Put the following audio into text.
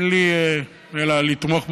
אין לי אלא לתמוך בו.